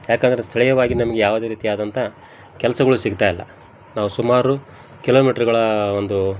ಯಾಕಂದ್ರೆ ಸ್ಥಳೀಯವಾಗಿ ನಮ್ಗೆ ಯಾವುದೇ ರೀತಿಯಾದಂಥ ಕೆಲ್ಸಗಳು ಸಿಗ್ತಾ ಇಲ್ಲ ನಾವು ಸುಮಾರು ಕಿಲೋಮೀಟ್ರುಗಳ ಒಂದು